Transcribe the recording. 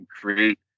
create